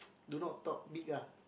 do not talk big ah